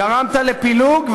גרמת לפילוג,